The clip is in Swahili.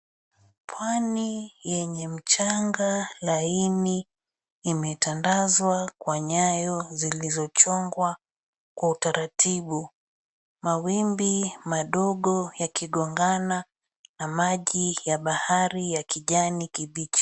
Pwani yenye mchanga laini imetandazwa kwa nyayo zilizochongwa kwa utaratibu. Mawimbi madogo yakigongana na maji ya bahari ya kijani kibichi.